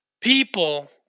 People